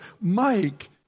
Mike